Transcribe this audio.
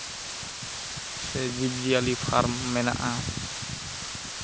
ᱥᱮ ᱡᱤᱵᱽᱼᱡᱤᱭᱟᱹᱞᱤ ᱯᱷᱟᱨᱢ ᱢᱮᱱᱟᱜᱼᱟ